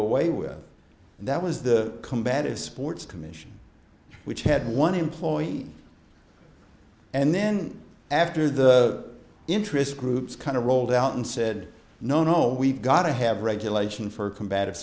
away with and that was the combative sports commission which had one employee and then after the interest groups kind of rolled out and said no no we've got to have regulation for combative